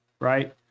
right